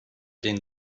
den